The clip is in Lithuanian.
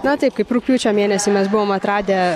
na taip kaip rugpjūčio mėnesį mes buvom atradę